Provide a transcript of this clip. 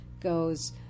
goes